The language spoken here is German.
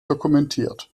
dokumentiert